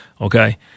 Okay